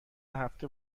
هفته